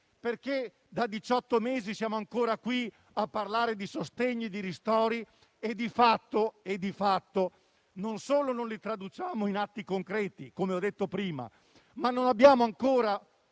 Perché da diciotto mesi siamo ancora qui a parlare di sostegni e di ristori e di fatto non solo non li traduciamo in atti concreti, come ho detto prima, ma non abbiamo ancora